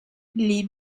les